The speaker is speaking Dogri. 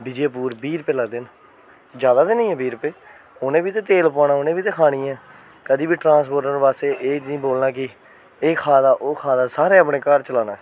बिजयपुर बीह् रपेऽ लैंदे न ज्याद ते नी ऐ बीह् रपेऽ उ'नें बी ते तेल पुआना उ'नें बी ते खानी ऐ कदें बी ट्रांसपोर्टर पास्सेआ एह् नी बोलना कि एह् खा दा ओह् खा दा सारे अपने अपना घर चलाना ऐ